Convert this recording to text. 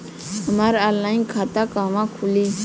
हमार ऑनलाइन खाता कहवा खुली?